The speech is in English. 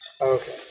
Okay